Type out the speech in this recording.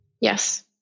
Yes